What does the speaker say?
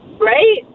Right